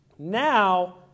Now